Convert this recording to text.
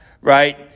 right